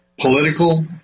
political